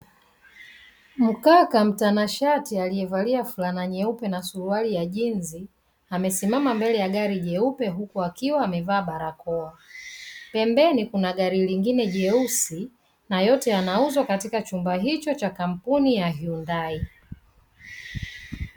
Mkaka mtanashati aliyevalia fulana nyeupe na suruali ya jinzi amesimama mbele ya gari nyeupe huku akiwa amevaa barakoa. Pembeni kuna gari lingine nyeusi, na yote yanauzwa katika chumba hicho cha kampuni ya Hyundai.